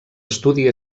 estudi